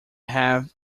have